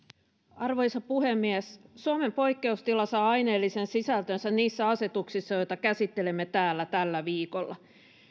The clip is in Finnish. arvoisa puhemies suomen poikkeustila saa aineellisen sisältönsä niissä asetuksissa joita käsittelemme täällä tällä viikolla